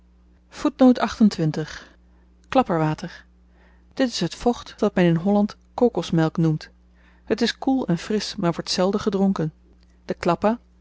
klapperwater dit is t vocht dat men in holland kokosmelk noemt het is koel en frisch maar wordt zelden gedronken de klappa